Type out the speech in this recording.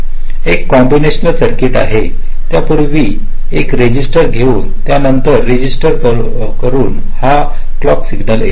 एक कॉम्बिनेशनल सर्किटआहे त्यापूर्वी एक रजिस्टर घेऊन त्यानंतर रजिस्टर करून हा क्लॉकयेतो